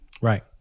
Right